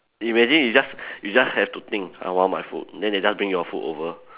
imagine you just you just have to think I want my food then they just bring you food over